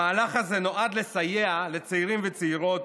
המהלך הזה נועד לסייע לצעירים וצעירות,